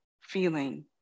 feeling